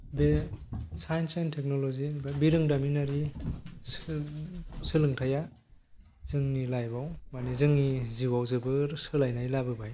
बे science and technology ओमफ्राय बिरोंदामिनारि सोलोंथाया जोंनि लाइफाव माने जोंनि जिउआव जोबोर सोलायनाय लाबोबाय